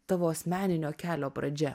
tavo asmeninio kelio pradžia